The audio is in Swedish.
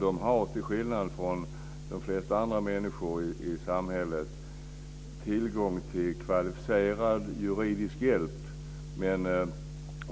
De har, till skillnad från de flesta andra människor i samhället, tillgång till kvalificerad juridisk hjälp.